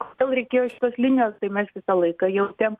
kodėl reikėjo šitos linijos tai mes visą laiką jautėm